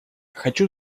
хочу